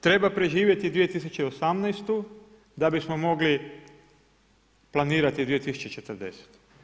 Treba preživjeti 2018. da bismo mogli planirati 2040.